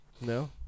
No